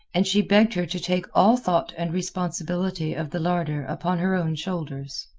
and she begged her to take all thought and responsibility of the larder upon her own shoulders.